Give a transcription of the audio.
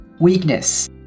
Weakness